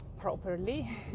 properly